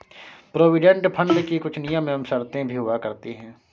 provident fund की कुछ नियम एवं शर्तें भी हुआ करती हैं